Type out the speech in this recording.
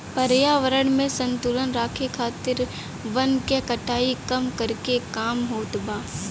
पर्यावरण में संतुलन राखे खातिर वन के कटाई कम करके काम होत बा